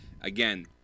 again